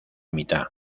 mitad